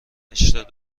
هشتاد